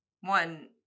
one